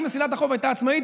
אם מסילת החוף הייתה עצמאית,